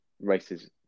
races